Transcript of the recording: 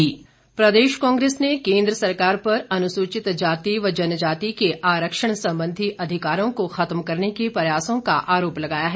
रजनी पाटिल प्रदेश कांग्रेस ने केन्द्र सरकार पर अनुसूचित जाति व जनजाति के आरक्षण संबंधी अधिकारों को खत्म करने के प्रयासों का आरोप लगाया है